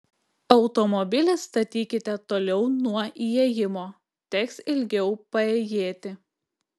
automobilį statykite toliau nuo įėjimo teks ilgiau paėjėti